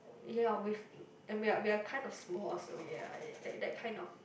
ya with and we are we are kind of small so ya that that kind of